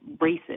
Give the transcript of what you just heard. races